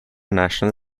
national